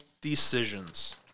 decisions